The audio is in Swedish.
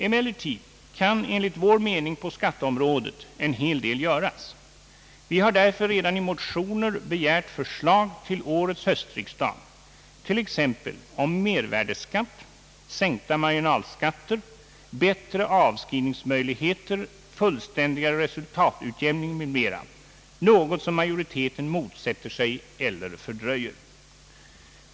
Emellertid kan enligt vår mening en hel del göras på skatteområdet. Vi har därför redan i motioner begärt förslag till årets höstriksdag, t.ex. om mervärdeskatt, sänkta marginalskatter, bättre avskrivningsmöjligheter, fullständigare resultatutjämning m.m. — något som majoriteten motsätter sig eller fördröjer.